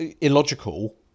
illogical